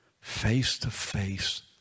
face-to-face